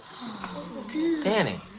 Danny